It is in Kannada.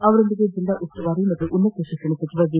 ಅವರೊಂದಿಗೆ ಜಿಲ್ಲಾ ಉಸ್ತುವಾರಿ ಹಾಗೂ ಉನ್ನತ ಶಿಕ್ಷಣ ಸಚಿವ ಜಿ